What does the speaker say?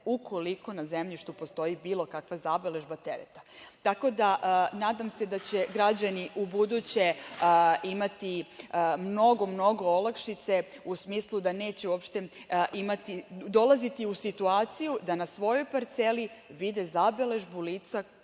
ukoliko na zemljištu postoji bilo kakva zabeležba tereta. Nadam se da će građani ubuduće imati mnogo, mnogo olakšice, u smislu da neće uopšte dolaziti u situaciju da na svojoj parceli vide zabeležbu lica